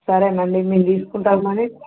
సరే అండి మేము తీసుకుంటాం కానీ